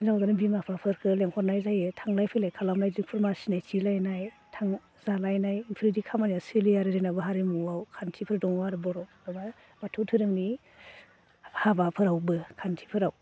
हिनाजव गोदाननि बिमा बिफाफोरखौ लिंहरनाय जायो थांलाय फैलाय खालामनाय बिदिनो खुरमा सिनायथि होलायनाय जालायनाय बेफोरबायदि खामानिया सोलियो आरो जोंनाबो हारिमुआव खान्थिफोर दङ आरो बर' एबा बाथौ धोरोमनि हाबाफोरावबो खान्थिफोराव